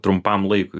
trumpam laikui